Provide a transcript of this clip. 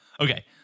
Okay